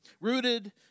Rooted